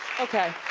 okay,